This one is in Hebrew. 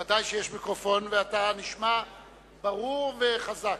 ודאי, ואתה נשמע ברור וחזק.